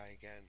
again